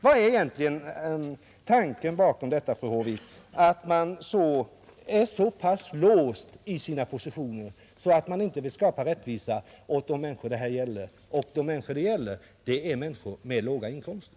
Vad ligger egentligen bakom att man är så låst i sina positioner att man inte vill skapa rättvisa åt de människor det här gäller? Och de människor det gäller, det är människor med låga inkomster.